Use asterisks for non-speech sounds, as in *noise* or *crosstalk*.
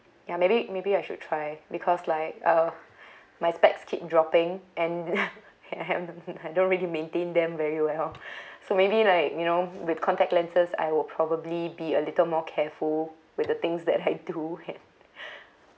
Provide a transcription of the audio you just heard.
ya maybe maybe I should try because like uh my specs keep dropping and *laughs* I don't really maintain them very well so maybe like you know with contact lenses I will probably be a little more careful with the things that I do and